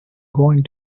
going